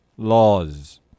laws